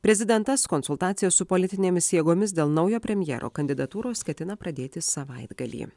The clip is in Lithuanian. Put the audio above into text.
prezidentas konsultacijas su politinėmis jėgomis dėl naujo premjero kandidatūros ketina pradėti savaitgalį